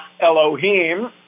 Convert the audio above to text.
Elohim